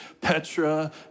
Petra